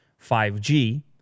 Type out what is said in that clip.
5G